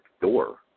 door